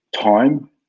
time